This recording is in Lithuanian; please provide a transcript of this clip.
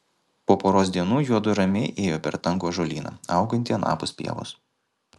po poros dienų juodu ramiai ėjo per tankų ąžuolyną augantį anapus pievos